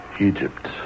Egypt